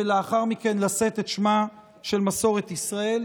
ולאחר מכן לשאת את שמה של מסורת ישראל.